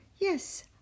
Yes